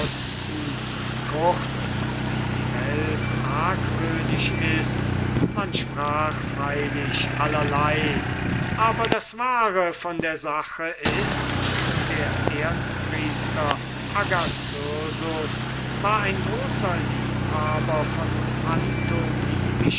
kurz wie die welt argwöhnisch ist man sprach freilich allerlei aber das wahre von der sache ist der erzpriester agathyrsus war ein großer liebhaber von